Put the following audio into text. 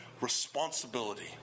responsibility